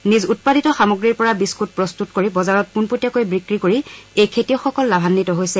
নিজ উৎপাদিত সামগ্ৰীৰ পৰা বিস্কুট প্ৰস্তুত কৰি বজাৰত পোনপটীয়াকৈ বিক্ৰী কৰি এই খেতিয়কসকল লাভান্নিত হৈছে